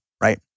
right